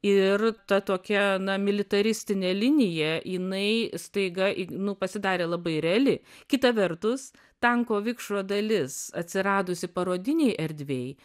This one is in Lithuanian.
ir ta tokia na militaristinė linija jinai staiga nu pasidarė labai reali kita vertus tanko vikšro dalis atsiradusi parodinėj erdvėj